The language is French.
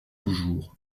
toujours